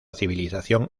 civilización